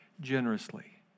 generously